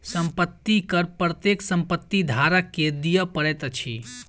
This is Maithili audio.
संपत्ति कर प्रत्येक संपत्ति धारक के दिअ पड़ैत अछि